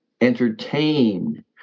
entertain